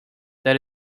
that